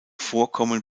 vorkommen